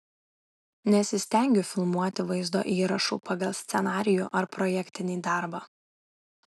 nesistengiu filmuoti vaizdo įrašų pagal scenarijų ar projektinį darbą